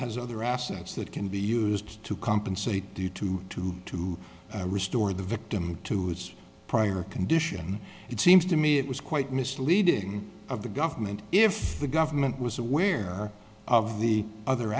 has other assets that can be used to compensate to to to to restore the victim to its prior condition it seems to me it was quite misleading of the government if the government was aware of the other